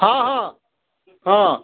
ହଁ ହଁ ହଁ